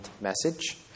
message